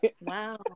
Wow